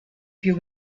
più